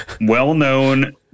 well-known